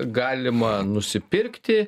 galima nusipirkti